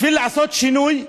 בשביל לעשות שינוי,